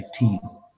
2019